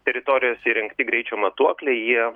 teritorijose įrengti greičio matuokliai jie